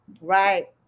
right